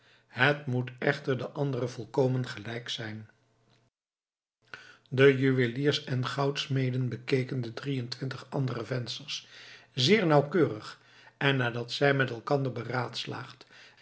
het moet echter den anderen volkomen gelijk zijn de juweliers en goudsmeden bekeken de drie en twintig andere vensters zeer nauwkeurig en nadat zij met elkander